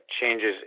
changes